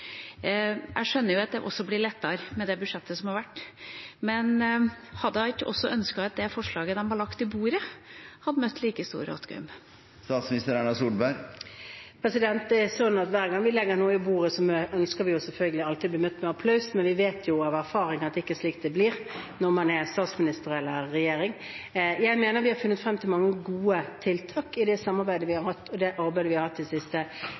Jeg skjønner at det også blir lettere med det budsjettet som har vært. Men hadde hun ikke også ønsket at det forslaget som de hadde lagt på bordet, hadde møtt like stor «åtgaum»? Hver gang vi legger noe på bordet, ønsker vi selvfølgelig alltid å bli møtt med applaus, men vi vet av erfaring at det ikke er slik det blir når man er statsminister eller sitter i regjering. Jeg mener vi har funnet frem til mange gode tiltak i det samarbeidet og det arbeidet vi har hatt de siste